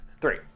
Three